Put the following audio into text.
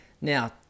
Now